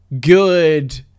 Good